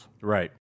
Right